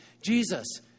Jesus